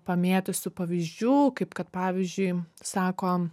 pamėtysiu pavyzdžių kaip kad pavyzdžiui sako